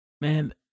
Man